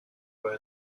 راه